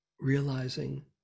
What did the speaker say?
realizing